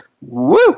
Woo